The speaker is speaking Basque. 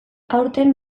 aurten